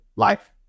life